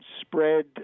spread